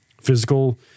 physical